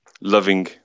loving